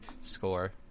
score